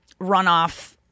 runoff